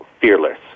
fearless